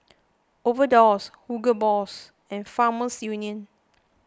Overdose Hugo Boss and Farmers Union